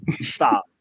Stop